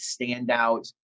standout